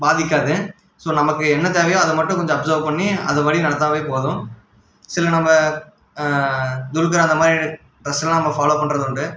பாதிக்காது ஸோ நமக்கு என்ன தேவையோ அதைமட்டும் கொஞ்சம் அப்சர்வ் பண்ணி அதுபடி நடந்தாவே போதும் சில நம்ம துல்கர் அந்த மாதிரி டிரஸ்ஸெலாம் நம்ம ஃபாலோவ் பண்ணுறது உண்டு